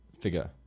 figure